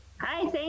Hi